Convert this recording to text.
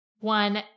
one